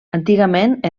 antigament